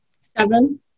Seven